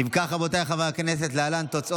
ההצעה להעביר את הצעת